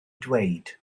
dweud